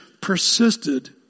persisted